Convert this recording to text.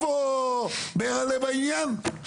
איפה ברל'ה בעניין.